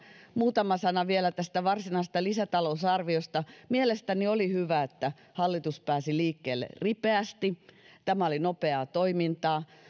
muutama sana vielä tästä varsinaisesta lisätalousarviosta mielestäni oli hyvä että hallitus pääsi liikkeelle ripeästi tämä oli nopeaa toimintaa